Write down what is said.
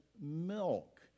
milk